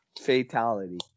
fatality